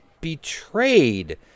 betrayed